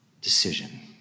decision